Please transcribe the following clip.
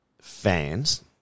fans